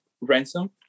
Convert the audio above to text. Ransom